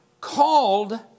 called